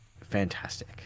fantastic